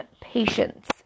patience